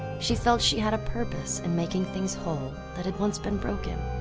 she felt she had a purpose in making things whole that had once been broken.